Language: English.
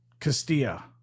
Castilla